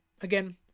again